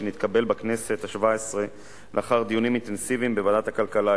שהתקבל בכנסת השבע-עשרה לאחר דיונים אינטנסיביים בוועדת הכלכלה.